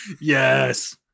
Yes